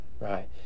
right